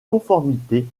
conformité